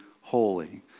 holy